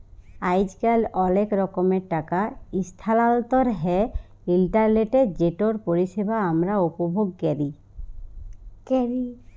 আইজকাল অলেক রকমের টাকা ইসথালাল্তর হ্যয় ইলটারলেটে যেটর পরিষেবা আমরা উপভোগ ক্যরি